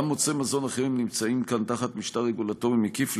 גם מוצרי מזון אחרים נמצאים כאן תחת משטר רגולטורי מקיף,